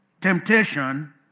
temptation